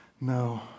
no